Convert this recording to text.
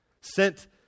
sent